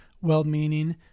Well-meaning